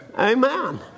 Amen